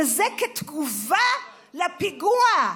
וזה כתגובה לפיגוע.